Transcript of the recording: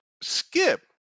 Skip